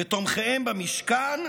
ותומכיהם במשכן,